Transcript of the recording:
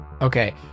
Okay